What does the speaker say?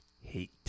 hate